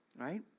Right